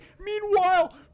Meanwhile